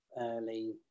early